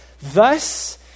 Thus